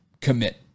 commit